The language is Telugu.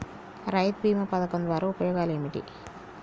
రైతు బీమా పథకం ద్వారా ఉపయోగాలు ఏమిటి?